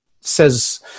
says